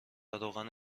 روغن